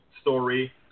story